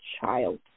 child